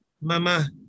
Mama